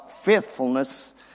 faithfulness